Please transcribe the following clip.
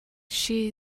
she